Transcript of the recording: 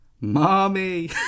Mommy